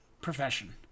profession